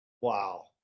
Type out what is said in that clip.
Wow